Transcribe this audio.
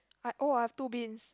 I oh I have two bins